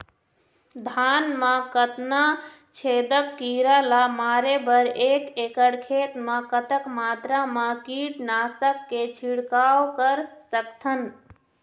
धान मा कतना छेदक कीरा ला मारे बर एक एकड़ खेत मा कतक मात्रा मा कीट नासक के छिड़काव कर सकथन?